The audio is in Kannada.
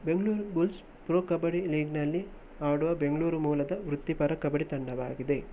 ಬೆಂಗ್ಳೂರು ಬುಲ್ಸ್ ಪ್ರೊ ಕಬಡ್ಡಿ ಲೀಗ್ನಲ್ಲಿ ಆಡುವ ಬೆಂಗಳೂರು ಮೂಲದ ವೃತ್ತಿಪರ ಕಬಡ್ಡಿ ತಂಡವಾಗಿದೆ